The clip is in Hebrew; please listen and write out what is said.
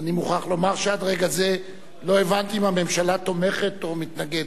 אני מוכרח לומר שעד רגע זה לא הבנתי אם הממשלה תומכת או מתנגדת.